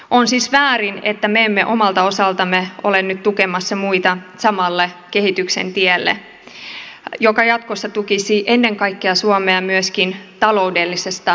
on siis väärin että me emme omalta osaltamme ole nyt tukemassa muita samalle kehityksen tielle joka jatkossa tukisi ennen kaikkea suomea myöskin taloudellisesta näkökulmasta